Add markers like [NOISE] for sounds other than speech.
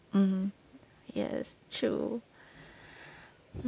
mmhmm yes true [BREATH]